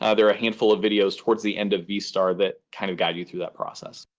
ah there are a handful of videos towards the end of vstar that kind of guide you through that process?